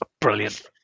Brilliant